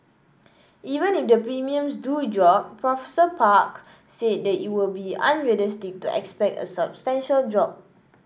even if the premiums do drop Professor Park said that it will be unrealistic to expect a substantial drop